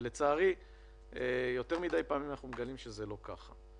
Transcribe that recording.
ולצערי יותר מדי פעמים אנחנו מגלים שזה לא כך.